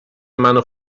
منو